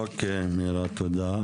אוקיי מירה, תודה.